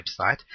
website